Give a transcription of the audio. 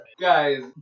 Guys